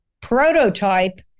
prototype